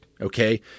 Okay